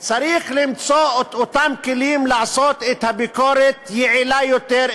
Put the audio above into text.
צריך למצוא את הכלים לעשות את הביקורת יעילה יותר,